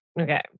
Okay